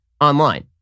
online